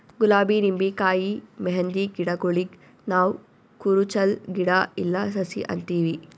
ಗುಲಾಬಿ ನಿಂಬಿಕಾಯಿ ಮೆಹಂದಿ ಗಿಡಗೂಳಿಗ್ ನಾವ್ ಕುರುಚಲ್ ಗಿಡಾ ಇಲ್ಲಾ ಸಸಿ ಅಂತೀವಿ